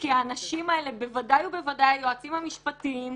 כי האנשים האלה בוודאי ובוודאי היועצים המשפטיים,